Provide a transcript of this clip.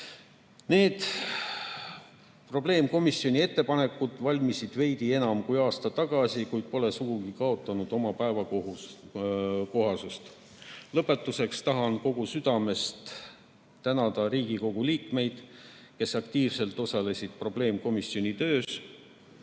Need probleemkomisjoni ettepanekud valmisid veidi enam kui aasta tagasi, kuid pole sugugi kaotanud oma päevakohasust. Lõpetuseks tahan kogu südamest tänada Riigikogu liikmeid, kes aktiivselt osalesid probleemkomisjoni töös,